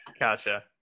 Gotcha